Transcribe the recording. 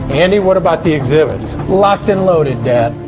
andy, what about the exhibits. locked and loaded, dan.